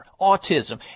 autism